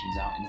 out